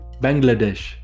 bangladesh